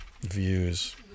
views